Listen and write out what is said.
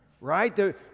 right